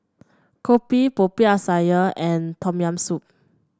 kopi Popiah Sayur and Tom Yam Soup